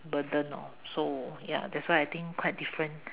orh mm burden lor so ya that's why I think quite different